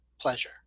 pleasure